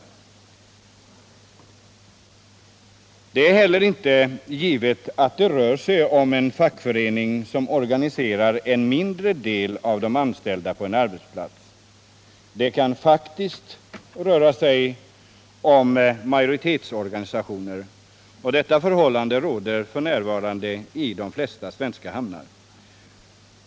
tioners ställning Det är heller inte givet att det rör sig om en fackförening som or = enligt vissa arbetsganiserar en mindre del av de anställda på en arbetsplats. Det kan faktiskt — rättsliga lagar röra sig om majoritetsorganisationer. Detta förhållande råder f.n. i de flesta svenska hamnar.